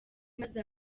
maze